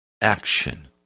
action